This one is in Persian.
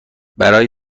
برای